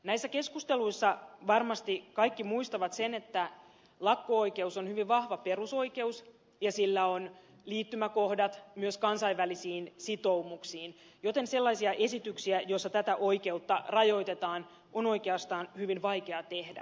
näissä keskusteluissa varmasti kaikki muistavat sen että lakko oikeus on hyvin vahva perusoikeus ja sillä on liittymäkohdat myös kansainvälisiin sitoumuksiin joten sellaisia esityksiä joissa tätä oikeutta rajoitetaan on oikeastaan hyvin vaikea tehdä